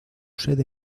sede